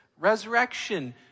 Resurrection